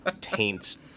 taints